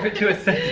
and to a sentence. a